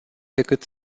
decât